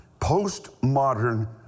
postmodern